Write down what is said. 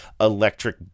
electric